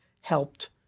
helped